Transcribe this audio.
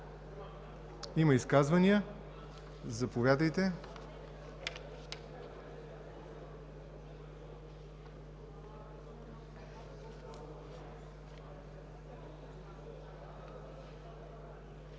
Има ли изказвания? Заповядайте.